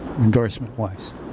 endorsement-wise